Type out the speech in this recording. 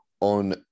on